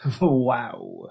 Wow